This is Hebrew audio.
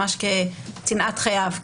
ממש כצנעת חייו,